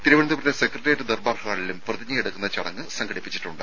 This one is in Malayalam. തിരുവനന്തപുരത്തെ സെക്രട്ടറിയേറ്റ് ദർബാർ ഹാളിലും പ്രതിജ്ഞ എടുക്കുന്ന ചടങ്ങ് സംഘടിപ്പിച്ചിട്ടുണ്ട്